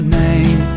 name